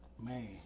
man